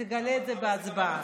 תגלה את זה בהצבעה.